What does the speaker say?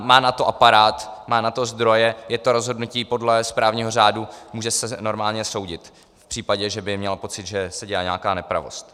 Má na to aparát, má na to zdroje, je to rozhodnutí podle správního řádu, může se normálně soudit v případě, že by měla pocit, že se dělá nějaká nepravost.